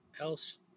else